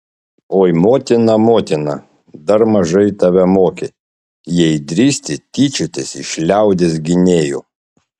oi motina motina dar mažai tave mokė jei drįsti tyčiotis iš liaudies gynėjų